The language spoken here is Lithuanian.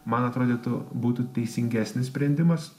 man atrodytų būtų teisingesnis sprendimas